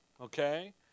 Okay